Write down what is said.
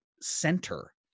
center